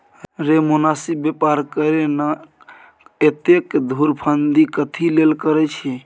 रे मोनासिब बेपार करे ना, एतेक धुरफंदी कथी लेल करय छैं?